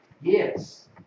yes